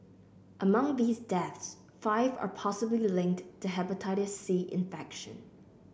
among these deaths five are possibly linked to Hepatitis C infection